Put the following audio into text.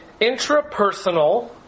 intrapersonal